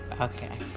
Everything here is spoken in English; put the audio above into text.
Okay